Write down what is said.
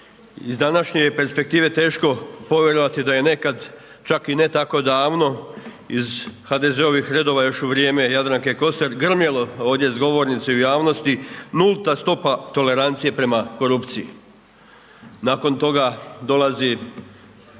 Iz današnje je perspektive teško povjerovati da je nekada čak i ne tako davno iz HDZ-ovih redova još u vrijeme Jadranke Kosor grmjelo ovdje iz govornice i u javnosti, nulta stopa tolerancije prema korupciji. Nakon toga dolazi